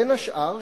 בין השאר,